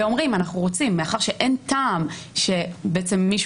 ואומרים - אנחנו רוצים מאחר שאין טעם שבעצם מישהו